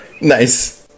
nice